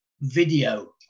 video